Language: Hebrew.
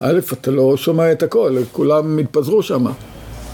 א', אתה לא שומע את הכל, כולם התפזרו שם.